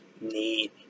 need